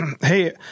Hey